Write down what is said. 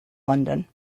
london